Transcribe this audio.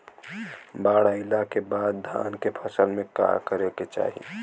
बाढ़ आइले के बाद धान के फसल में का करे के चाही?